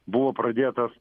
buvo pradėtas